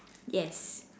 yes